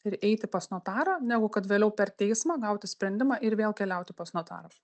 ir eiti pas notarą negu kad vėliau per teismą gauti sprendimą ir vėl keliauti pas notarą